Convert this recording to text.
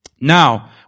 Now